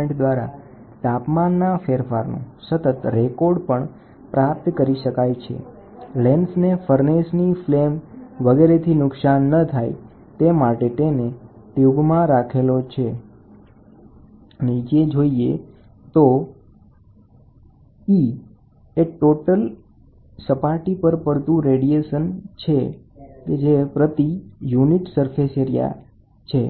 એ absolute તાપમાનના ચોથી ઘાતના સમપ્રમાણમાં ચાલે છે E એ પ્રતિ એકમ વિસ્તાર અને પ્રતિ એકમ સમય માં થતી રેડિયેશન એનર્જી હોય તો E ઉપર મુજબ મળી શકે